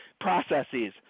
processes